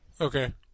Okay